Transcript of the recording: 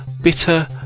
bitter